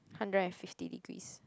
hundred and fifty degrees